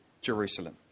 Jerusalem